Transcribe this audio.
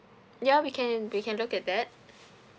ya we can we can look at that